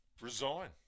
resign